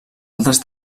altres